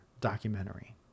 documentary